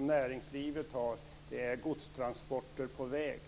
näringslivets stora behov är godstransporter på väg.